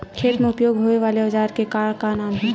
खेत मा उपयोग होए वाले औजार के का नाम हे?